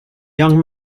young